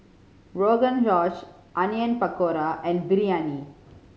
Rogan Josh Onion Pakora and Biryani